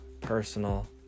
personal